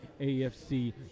AFC